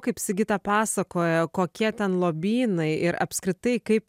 kaip sigita pasakoja kokie ten lobynai ir apskritai kaip